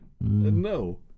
No